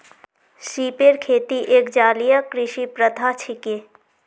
सिपेर खेती एक जलीय कृषि प्रथा छिके